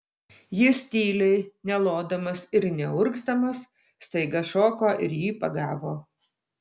jis tyliai nelodamas ir neurgzdamas staiga šoko ir jį pagavo